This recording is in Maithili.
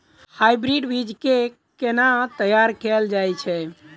हाइब्रिड बीज केँ केना तैयार कैल जाय छै?